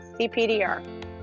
CPDR